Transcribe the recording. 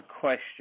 question